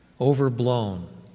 overblown